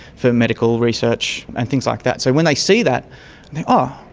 for medical research and things like that. so when they see that they um ah